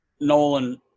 Nolan